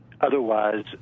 Otherwise